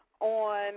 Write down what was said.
On